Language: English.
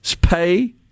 pay